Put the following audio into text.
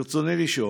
ברצוני לשאול: